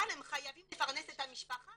אבל הם חייבים לפרנס את המשפחה,